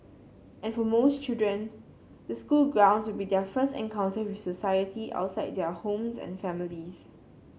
and for most children the school grounds would be their first encounter with society outside their homes and families